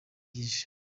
byinshi